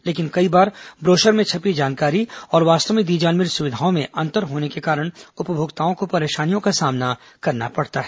लेकिन कई बार ब्रोशर में छपी जानकारी और वास्तव में दी जाने वाली सुविधाओं में अंतर होने के कारण उपमोक्ताओं को परेशानियों का सामना करना पड़ता है